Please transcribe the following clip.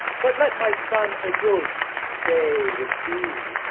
but let my son odulph stay with thee,